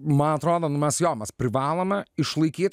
man atrodo nu mes jo mes privalome išlaikyt